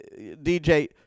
DJ